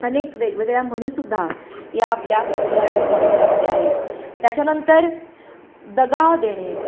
अनेक वेगवेगळ्या म्हणी सुद्धा या आपल्या मराठी साहित्यामध्ये आहेत त्याच्यानंतर दगा देणे